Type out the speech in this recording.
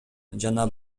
жана